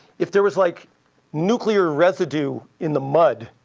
if there was like nuclear residue in the mud,